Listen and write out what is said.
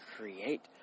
create